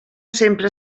sempre